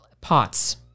pots